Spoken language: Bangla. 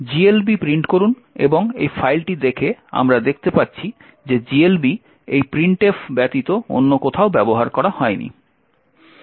GLB প্রিন্ট করুন এবং এই ফাইলটি দেখে আমরা দেখতে পাচ্ছি যে GLB এই printf ব্যতীত অন্য কোথাও ব্যবহার করা হয়নি